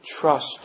Trust